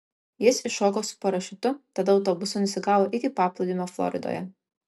jis iššoko su parašiutu tada autobusu nusigavo iki paplūdimio floridoje